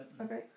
Okay